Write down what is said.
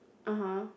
(uh huh)